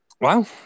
Wow